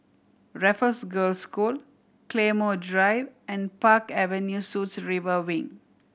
Raffles Girls' School Claymore Drive and Park Avenue Suites River Wing